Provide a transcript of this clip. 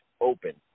open